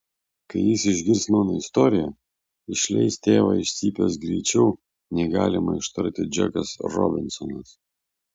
kai jis išgirs mano istoriją išleis tėvą iš cypės greičiau nei galima ištarti džekas robinsonas